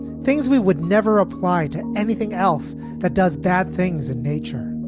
things we would never apply to anything else that does bad things in nature.